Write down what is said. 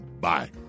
Bye